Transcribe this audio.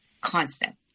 Constant